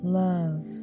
love